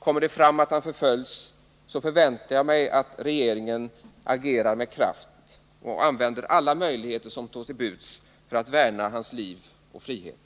Kommer det fram att Mohamed Rafrafi förföljs, förväntar jag mig att regeringen agerar med kraft och använder alla möjligheter som står till buds för att värna hans liv och frihet.